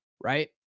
right